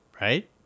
right